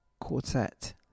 Quartet